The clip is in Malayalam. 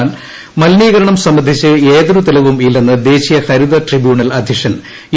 എന്നാൽ മലിനീകരണം സംബന്ധിച്ച് യാതൊരു തെളിവും ഇല്ലെന്ന് ദേശീയ ഹരിത ട്രിബ്യൂണൽ അധ്യക്ഷൻ എ